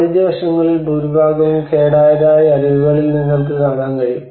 വാണിജ്യ വശങ്ങളിൽ ഭൂരിഭാഗവും കേടായതായി അരികുകളിൽ നിങ്ങൾക്ക് കാണാൻ കഴിയും